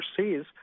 overseas